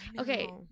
Okay